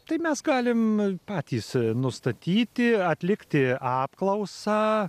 tai mes galim patys nustatyti atlikti apklausą